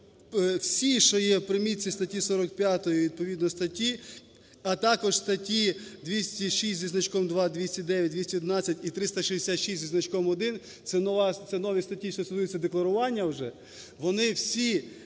45-ї і відповідно статті, а також статті 206 зі значком 2, 209, 211 і 366 зі значком 1, це нові статті, що стосуються декларування вже, вони всі